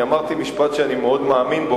אני אמרתי משפט שאני מאוד מאמין בו,